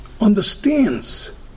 understands